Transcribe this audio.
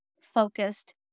focused